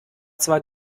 zwar